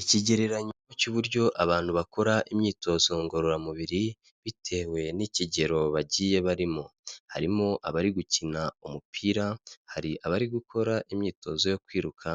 Ikigereranyo cy'uburyo abantu bakora imyitozo ngororamubiri, bitewe n'ikigero bagiye barimo, harimo abari gukina umupira, hari abari gukora imyitozo yo kwiruka